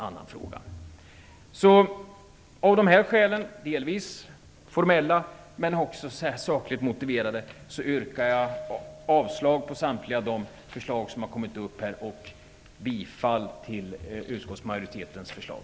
Av dessa skäl - som delvis är formella men också sakligt motiverade - yrkar jag avslag på samtliga förslag som har kommit upp här och bifall till utskottsmajoritetens förslag.